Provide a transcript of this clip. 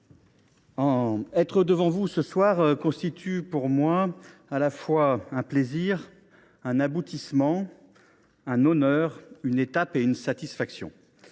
être devant vous ce soir constitue pour moi à la fois un plaisir, un aboutissement, un honneur, une étape et une satisfaction.